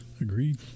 Agreed